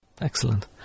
Excellent